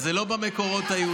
אז זה לא במקורות היהודיים,